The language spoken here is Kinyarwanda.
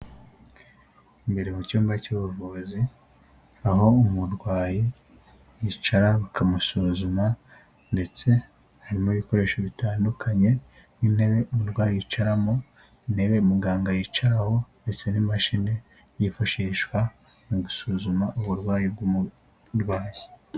Imbere mu cyumba cy'ubuvuzi, aho umurwayi yicara bakamusuzuma ndetse harimo ibikoresho bitandukanye nk'intebe umurwayi yicaramo, intebe muganga yicaraho ndetse n'imashini yifashishwa mu gusuzuma uburwayi bw'umurwayi.